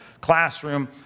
classroom